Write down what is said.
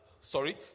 sorry